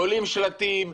תולים שלטים,